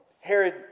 Herod